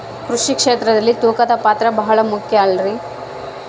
ಕೃಷಿ ಕ್ಷೇತ್ರದಲ್ಲಿ ತೂಕದ ಪಾತ್ರ ಬಹಳ ಮುಖ್ಯ ಅಲ್ರಿ?